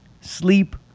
sleep